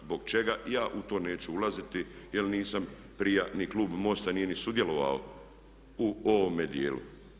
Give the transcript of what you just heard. Zbog čega ja u to neću ulaziti jer nisam prije ni klub MOST-a nije ni sudjelovao u ovome dijelu.